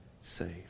saved